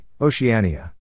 Oceania